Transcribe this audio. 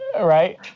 Right